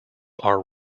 are